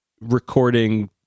recording